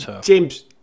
James